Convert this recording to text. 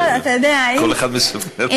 כל אחד מספר.